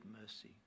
mercy